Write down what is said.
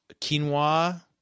quinoa